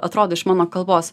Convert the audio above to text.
atrodo iš mano kalbos